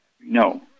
No